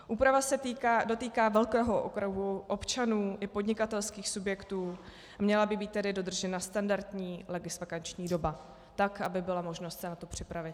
Úprava se dotýká velkého okruhu občanů i podnikatelských subjektů, měla by být tedy dodržena standardní legisvakanční doba, tak aby byla možnost se na to připravit.